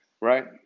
Right